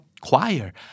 choir